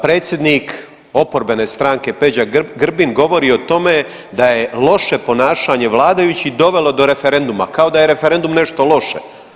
Predsjednik oporbene stranke Peđa Grbin govori o tome da je loše ponašanje vladajućih dovelo do referenduma, kao da je referendum nešto loše.